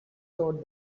thought